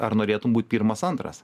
ar norėtum būt pirmas antras